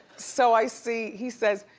so i see, he says,